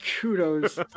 kudos